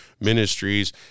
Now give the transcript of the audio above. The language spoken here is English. Ministries